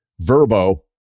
verbo